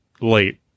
late